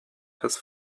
his